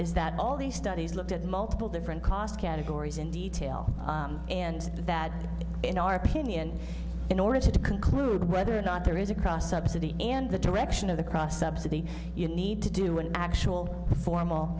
is that all the studies looked at multiple different cost categories in detail and that in our opinion in order to conclude whether or not there is a cross subsidy and the direction of the cross subsidy you need to do an actual formal